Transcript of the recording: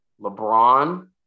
LeBron